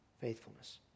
faithfulness